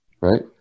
right